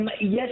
Yes